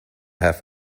have